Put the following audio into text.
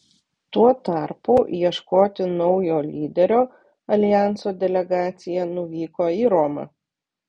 tuo tarpu ieškoti naujo lyderio aljanso delegacija nuvyko į romą